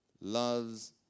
loves